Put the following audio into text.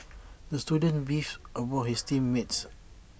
the student beefed about his team mates